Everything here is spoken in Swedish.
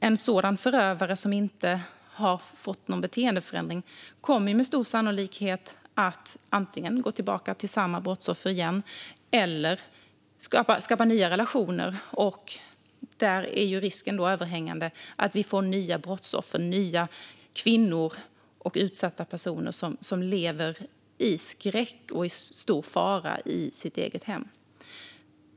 En sådan förövare, som inte har fått någon beteendeförändring, kommer med stor sannolikhet att antingen gå tillbaka till samma brottsoffer igen eller skapa nya relationer. Risken är då överhängande att vi får nya brottsoffer, nya kvinnor och utsatta personer som lever i skräck och är i stor fara i sitt eget hem.